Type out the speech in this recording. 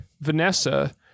Vanessa